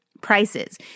prices